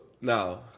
now